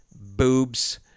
boobs